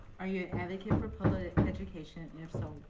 are you a advocate for public education and if so,